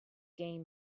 gain